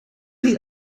chi